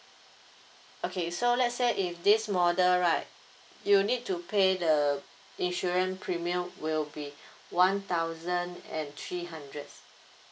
okay so let's say if this model right you need to pay the insurance premium will be one thousand and three hundreds